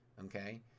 okay